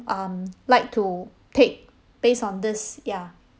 um like to take based on this ya